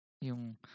Yung